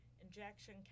Injection